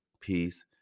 peace